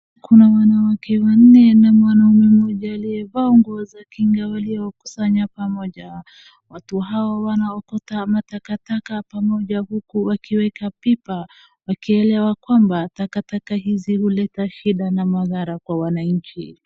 Kuna wanawake wanne na mwanaume mmoja aliyevaa nguo za kinga waliokusanya pamoja, watu hao wanaokota takataka pamoja huku wakiweka pipa wakielewa kwamba takataka hizi huleta shida na madhara kwa wananchi.